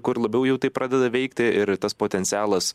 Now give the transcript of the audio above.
kur labiau jau tai pradeda veikti ir tas potencialas